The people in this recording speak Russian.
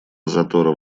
затора